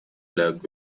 luck